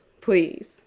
please